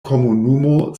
komunumo